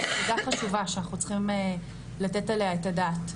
זו נקודה חשובה שאנחנו צריכים לתת עליה את הדעת.